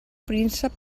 príncep